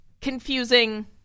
confusing